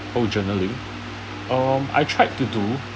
oh journaling um I tried to do